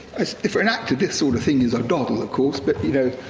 for an actor, this sort of thing is a doddle, of course. but, you know,